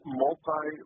multi